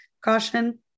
caution